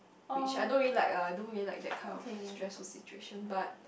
which I don't really like ah I don't really like that kind of stressful situation but